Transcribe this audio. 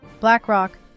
BlackRock